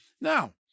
Now